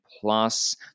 Plus